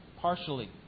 partially